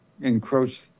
encroach